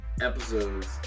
episodes